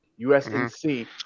USNC